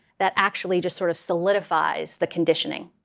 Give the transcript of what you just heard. that actually just sort of solidifies the conditioning.